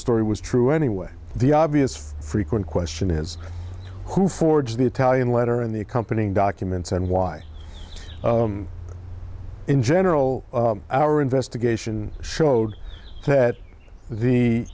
story was true anyway the obvious frequent question is who forged the italian letter and the accompanying documents and why in general our investigation showed that the